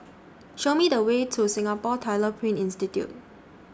Show Me The Way to Singapore Tyler Print Institute